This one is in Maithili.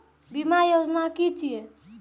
बीमा योजना कि छिऐ?